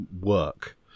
work